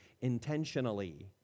Intentionally